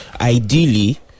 ideally